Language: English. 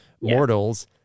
mortals